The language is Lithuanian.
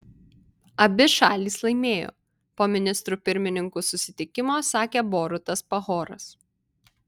abi šalys laimėjo po ministrų pirmininkų susitikimo sakė borutas pahoras